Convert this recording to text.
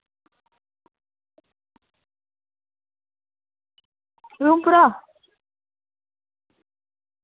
उधमपुरा